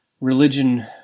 religion